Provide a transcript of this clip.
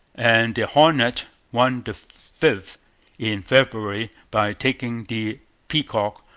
and the hornet won the fifth in february, by taking the peacock,